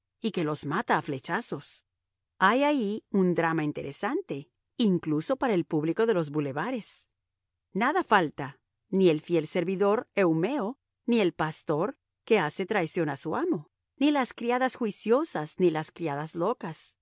y que los mata a flechazos hay ahí un drama interesante incluso para el público de los bulevares nada falta ni el fiel servidor eumeo ni el pastor que hace traición a su amo ni las criadas juiciosas ni las criadas locas